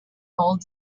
old